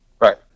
Right